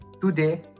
Today